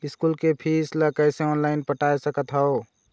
School के fees ला कैसे ऑनलाइन पटाए सकत हव?